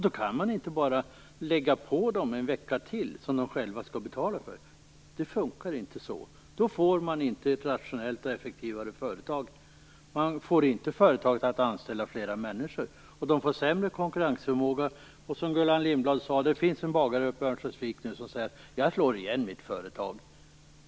Då kan man inte bara lägga på företagarna en vecka till, som de själva skall betala för. Det funkar inte. Då får man inte ett rationellt och effektivt företag. Man får på det viset inte företaget att anställa fler människor, och de får sämre konkurrensförmåga. Gullan Lindblad nämnde bagaren i Örnsköldsvik som sade att han skulle slå igen sitt företag.